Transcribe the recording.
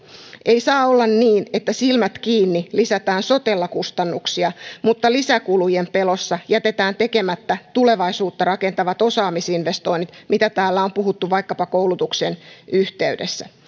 ei saa olla niin että silmät kiinni lisätään sotella kustannuksia mutta lisäkulujen pelossa jätetään tekemättä tulevaisuutta rakentavat osaamisinvestoinnit mistä täällä on puhuttu vaikkapa koulutuksen yhteydessä